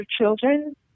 children